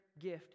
gift